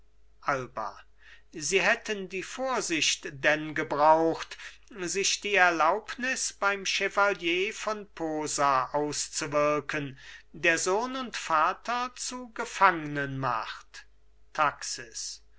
alba sie hätten die vorsicht denn gebraucht sich die erlaubnis beim chevalier von posa auszuwirken der sohn und vater zu gefangnen macht taxis